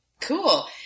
Cool